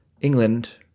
England